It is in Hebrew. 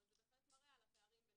אבל זה בהחלט מראה על הפערים בין